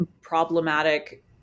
problematic